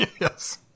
Yes